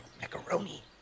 macaroni